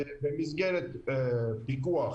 במסגרת פיקוח